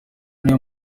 niwe